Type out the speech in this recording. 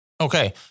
Okay